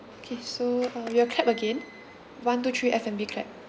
K so uh we will clap again one two three F&B clap